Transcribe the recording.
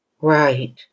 Right